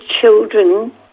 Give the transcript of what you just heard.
children